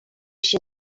się